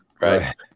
right